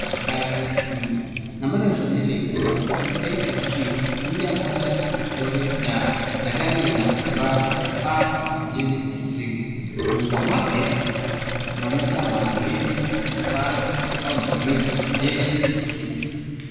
na ngazi nyuma. Nambari ya usajili ikiwa KAC 410D na gari lina rack ya paa kwa ajili ya mizigo. Muundo wake unaonyesha maandalizi ya safari au matumizi ya kijeshi msitu